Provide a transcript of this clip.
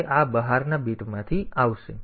તેથી તે આ બહારના બીટમાંથી આવશે